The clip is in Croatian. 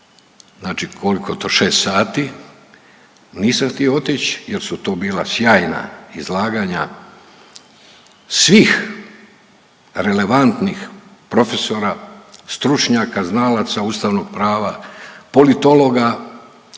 znači koliko je to 6 sati, nisam htio otići jer su to bila sjajna izlaganja svih relevantnih profesora, stručnjaka, znalaca ustavnog prava, politologa,